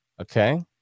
okay